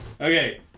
Okay